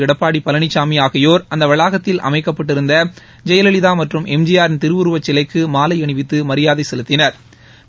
எடப்பாடி பழனிச்சாமி ஆகியோர் அந்த வளாகத்தில் அமைக்கப்பட்டிருந்த ஜெயலலிதா மற்றும் எம்ஜிஆரின் திருவுருவச் சிலைக்கு மாலை அணிவித்து மரியாதை செலுத்தினா்